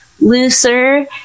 looser